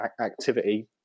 activity